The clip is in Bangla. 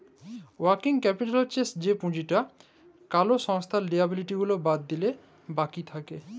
ওয়ার্কিং ক্যাপিটাল হচ্ছ যে পুঁজিটা কোলো সংস্থার লিয়াবিলিটি গুলা বাদ দিলে বাকি থাক্যে